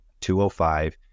205